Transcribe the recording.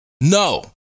No